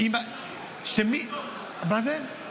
--- מה זה?